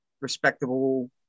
respectable